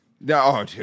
No